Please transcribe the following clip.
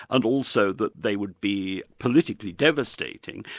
and also that they would be politically devastating,